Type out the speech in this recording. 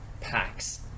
packs